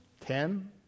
ten